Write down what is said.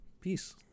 Peace